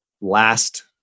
last